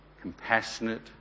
compassionate